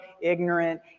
ignorant